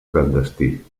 clandestí